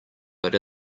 but